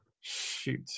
Shoot